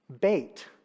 bait